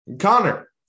connor